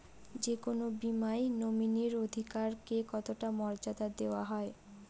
যে কোনো বীমায় নমিনীর অধিকার কে কতটা মর্যাদা দেওয়া হয়?